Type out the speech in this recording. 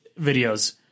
videos